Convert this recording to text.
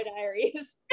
diaries